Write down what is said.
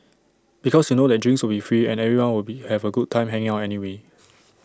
because you know that drinks will free and everyone will be have A good time hanging out anyway